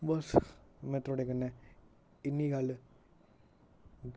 बस में थोआड़े कन्नै इन्नी गल्ल